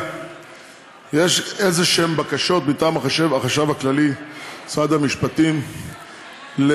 אבל אני חושב שאם שריו מפטפטים את עצמם לדעת ולא